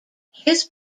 his